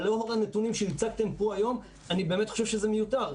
אבל לאור הנתונים שהצגתם פה היום אני באמת חושב שזה מיותר.